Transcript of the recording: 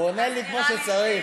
הוא עונה לי כמו שצריך.